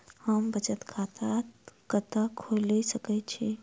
हम बचत खाता कतऽ खोलि सकै छी?